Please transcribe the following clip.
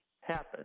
happen